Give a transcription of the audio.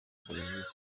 servisi